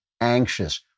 anxious